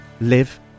live